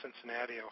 Cincinnati